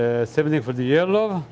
a seventy for the year law